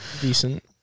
decent